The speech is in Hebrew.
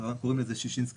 ובמהלך השנה,